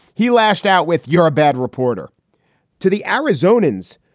he lashed out with your bad reporter to the arizonans.